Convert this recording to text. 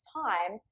time